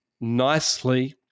nicely